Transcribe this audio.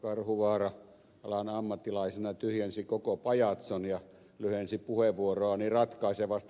karhuvaara alan ammattilaisena tyhjensi koko pajatson ja lyhensi puheenvuoroani ratkaisevasti